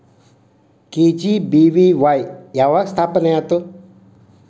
KGBVY ಯಾವಾಗ ಸ್ಥಾಪನೆ ಆತು?